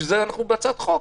בשביל זה אנחנו בהצעת חוק,